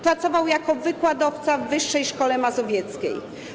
Pracował jako wykładowca w Wyższej Szkole Mazowieckiej.